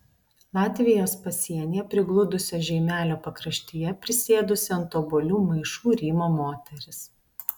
latvijos pasienyje prigludusio žeimelio pakraštyje prisėdusi ant obuolių maišų rymo moteris